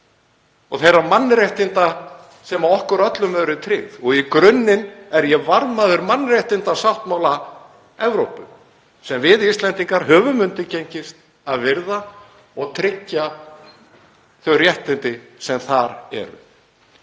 og þeirra mannréttinda sem okkur öllum eru tryggð. Í grunninn er ég varðmaður mannréttindasáttmála Evrópu sem við Íslendingar höfum undirgengist að virða og tryggja þau réttindi sem þar eru.